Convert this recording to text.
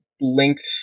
linked